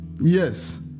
Yes